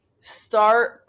Start